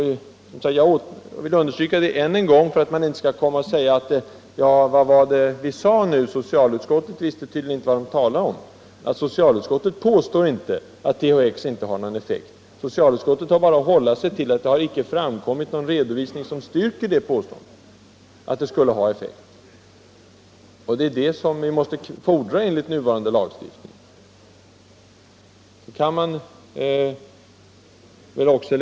Jag vill understryka detta än en gång för att det inte skall sägas att socialutskottet tydligen inte visste vad man talade om. Socialutskottet säger inte att THX saknar effekt. Socialutskottet har bara att hålla sig till att någon redovisning som styrker påståenden om effekt inte har framkommit. Det är det den nuvarande lagstiftningen fordrar.